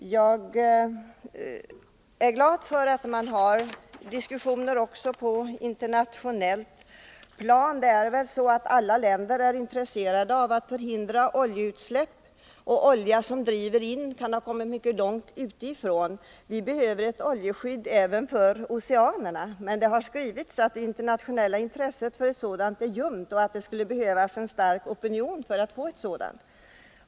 Jag är glad för att man diskuterar också på det internationella planet. Alla länder är väl intresserade av att förhindra oljeutsläpp, och olja som driver in till kusterna kan ha kommit mycket långt utifrån. Vi behöver ett oljeskydd även för oceanerna, men det har skrivits att det internationella intresset för ett sådant är ljummet och att det skulle behövas en stark opinion för att få ett sådant.